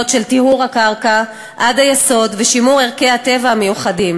של טיהור הקרקע עד היסוד ושימור ערכי הטבע המיוחדים,